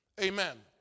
Amen